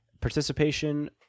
Participation